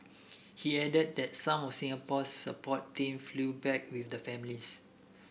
he added that some of Singapore's support team flew back with the families